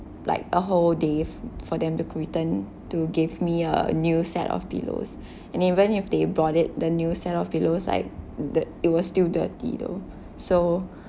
like a whole day for them to return to gave me a new set of pillows and even if they brought it the new set of pillows like the it was still dirty though so